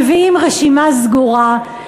מביאים רשימה סגורה,